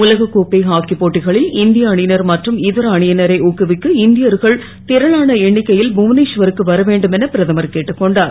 உலகக் கோப்பை ஹாக்கி போட்டிகளில் இந் ய அணி னர் மற்றும் இதர அணி னரை ஊக்குவிக்க இந் யர்கள் ரளான எண்ணிக்கை ல் புவனே வருக்கு வர வேண்டும் என பிரதமர் கேட்டுக் கொண்டார்